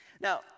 Now